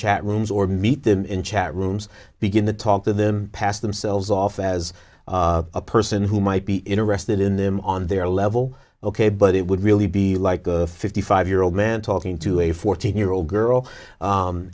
chat rooms or meet them in chat rooms begin to talk to them pass themselves off as a person who might be interested in them on their level ok but it would really be like a fifty five year old man talking to a fourteen year old girl